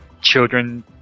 children